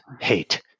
hate